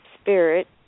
spirit